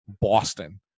Boston